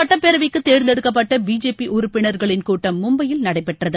சட்டப்பேரவைக்கு தேர்ந்தெடுக்கப்பட்ட பிஜேபி உறுப்பினர்களின் கூட்டம் மும்பையில் நடைபெற்றது